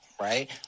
right